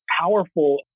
powerful